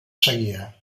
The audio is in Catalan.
seguia